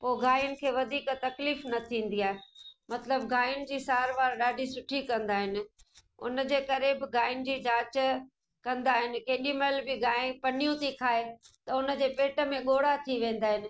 पोइ गांयुनि खे वधीक तकलीफ़ न थींदी आहे मतिलब गांयुनि जी सार वार सुठी कंदा आहिनि उनजे करे बि गांयुनि जी जांच कंदा आहिनि केॾी महिल बि गांइ पन्नियूं थी खाए त उनजे पेट में ॻोड़ा थी वेंदा आहिनि